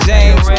James